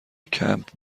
کمپ